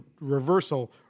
reversal